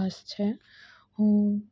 રસ છે હું